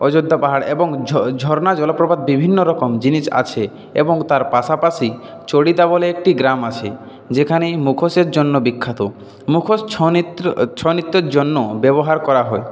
অযোধ্যা পাহাড় এবং ঝর্না জলপ্রপাত বিভিন্নরকম জিনিস আছে এবং তার পাশাপাশি চড়িদা বলে একটি গ্রাম আছে যেখানে মুখোশের জন্য বিখ্যাত মুখোশ ছৌ নৃত্যর জন্য ব্যবহার করা হয়